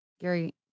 Gary